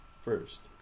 first